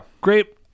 great